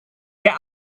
der